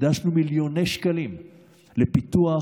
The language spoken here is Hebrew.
השקענו מיליוני שקלים בפיתוח,